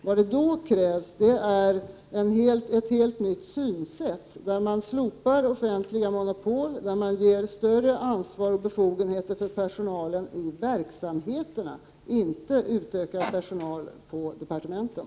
Vad som då krävs är ett helt nytt synsätt, där man slopar offentliga monopol, där man ger större ansvar och befogenheter åt personalen i verksamheterna — inte utökar personalen på departementen.